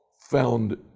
found